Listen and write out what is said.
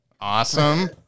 Awesome